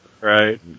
right